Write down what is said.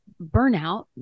burnout